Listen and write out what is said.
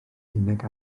unig